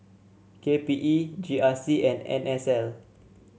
K P E G R C and N S L